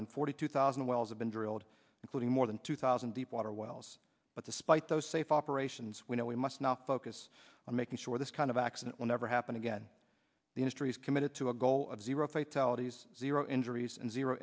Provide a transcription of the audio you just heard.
than forty two thousand wells have been drilled including more than two thousand deepwater wells but despite those safe operations we know we must now focus on making sure this kind of accident will never happen again the industry's committed to a goal of zero fatalities zero injuries and zero